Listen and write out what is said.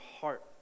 heart